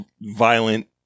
violent